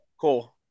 cool